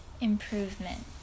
improvement